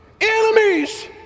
enemies